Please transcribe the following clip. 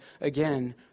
again